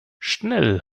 schnell